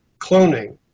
cloning